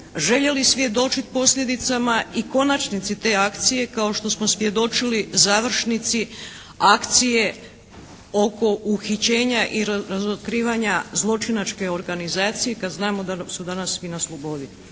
željeli svjedočiti posljedicama i konačnici te akcije kao što smo svjedočili završnici akcije oko uhićenja i razotkrivanja zločinačke organizacije kad znamo da su danas svi na slobodi.